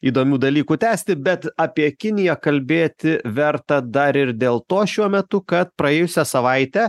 įdomių dalykų tęsti bet apie kiniją kalbėti verta dar ir dėl to šiuo metu kad praėjusią savaitę